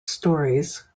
stories